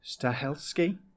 Stahelski